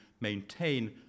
maintain